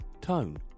tone